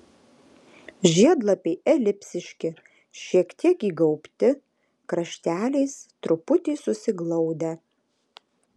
žiedlapiai elipsiški šiek tiek įgaubti krašteliais truputį susiglaudę